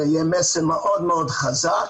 זה יהיה מסר מאוד מאוד חזק.